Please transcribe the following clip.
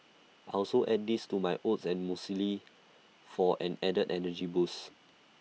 I also add these to my oats or muesli for an added energy boost